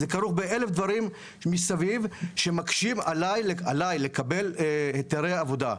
זה כרוך באלף דברים מסביב שמקשים עליי לקבל היתרי עבודה.